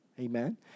Amen